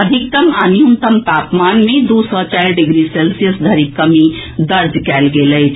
अधिकतम आ न्यूनतम तापमान मे द्र सॅ चारि डिग्री सेल्सियस धरिक कमी दर्ज कयल गेल अछि